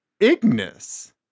Ignis